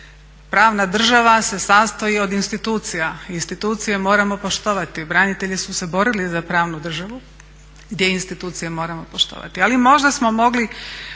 pravna država se sastoji od institucija, institucije moramo poštovati, branitelji su se borili za pravnu državu gdje institucije moramo poštovati. ali možda smo mogli